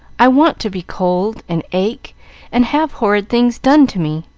i want to be cold and ache and have horrid things done to me.